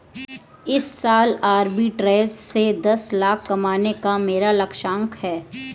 इस साल आरबी ट्रेज़ से दस लाख कमाने का मेरा लक्ष्यांक है